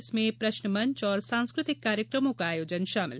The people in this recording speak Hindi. इसमें प्रश्नमंच और सांस्कृतिक कार्यक्रम का आयोजन किया गया